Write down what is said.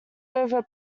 over